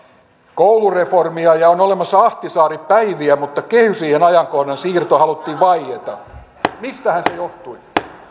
koulureformia ja on olemassa ahtisaari päiviä mutta kehysriihen ajankohdan siirrosta haluttiin vaieta mistähän se johtui